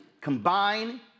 combine